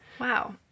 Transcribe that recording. Wow